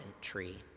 tree